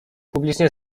publicznie